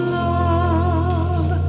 love